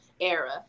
era